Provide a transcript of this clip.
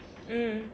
mm